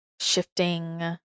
Shifting